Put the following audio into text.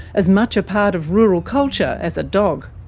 as much a part of rural culture as a dog.